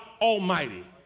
Almighty